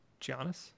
Giannis